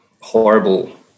horrible